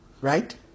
Right